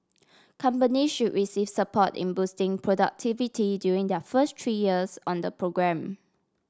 company should receive support in boosting productivity during their first three years on the programme